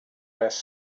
best